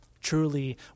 Truly